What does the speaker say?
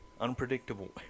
Unpredictable